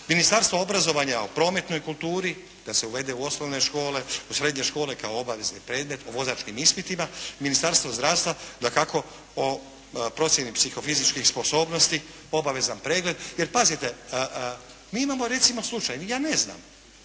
Ministarstvo obrazovanja o prometnoj kulturi, da se uvede u osnovne škole, u srednje škole kao obavezan predmet o vozačkim ispitima, Ministarstvo zdravstva dakako o procjeni psihofizičkih sposobnosti obavezan pregled. Jer pazite, mi imamo recimo slučaj. Ja ne znam,